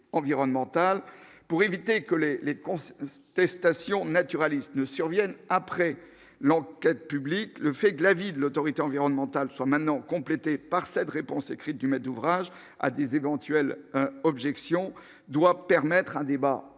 pour éviter que les les comptes Estacion naturaliste ne surviennent après l'enquête publique, le fait que l'avis de l'Autorité environnementale sont maintenant complétés par cette réponse écrite du maître d'ouvrage, à des éventuelles objections doit permettre un débat